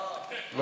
לא.